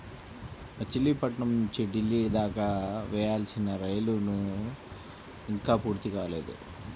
మచిలీపట్నం నుంచి ఢిల్లీ దాకా వేయాల్సిన రైలు లైను ఇంకా పూర్తి కాలేదు